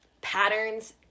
patterns